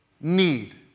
Need